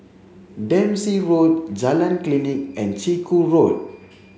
Dempsey Road Jalan Klinik and Chiku Road